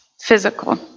physical